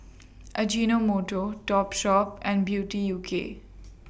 Ajinomoto Topshop and Beauty U K